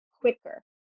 quicker